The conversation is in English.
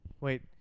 Wait